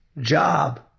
job